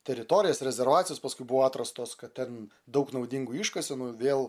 teritorijas rezervacijas paskui buvo atrastos kad ten daug naudingųjų iškasenų vėl